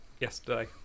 Yesterday